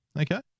okay